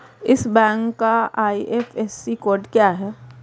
इस बैंक का IFSC code क्या है?